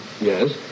Yes